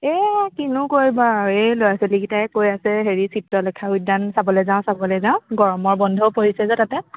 এই কিনো কৰিবা আৰু এই ল'ৰা ছোৱালীকেইটাই কৈ আছে হেৰি চিত্ৰলেখা উদ্য়ান চাবলৈ যাওঁ চাবলৈ যাওঁ গৰমৰ বন্ধও পৰিছে যে তাতে